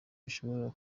bishobora